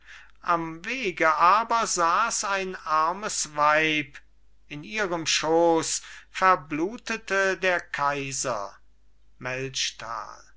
am wege aber saß ein armes weib in ihrem schoß verblutete der kaiser